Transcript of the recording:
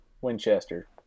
winchester